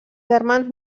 germans